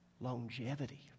Longevity